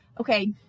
Okay